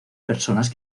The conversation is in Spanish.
personas